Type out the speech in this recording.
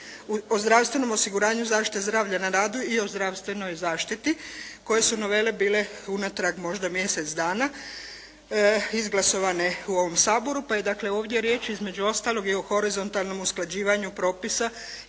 o zdravstvenom osiguranju zaštite zdravlja na radu i o zdravstvenoj zaštiti koje su novele bile unatrag možda mjesec dana izglasovane u ovom Saboru pa je dakle ovdje riječ između ostalog i o horizontalnom usklađivanju propisa